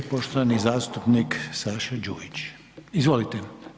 Poštovani zastupnik Saša Đujić, izvolite.